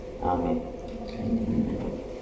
Amen